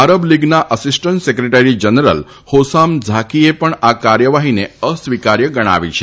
આરબ લીગના assistant secretary general Hosam ઝાકીએ પણ આ કાર્યવાહીને અસ્વિકાર્ય ગણાવી છે